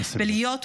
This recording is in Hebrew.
נא לסיים.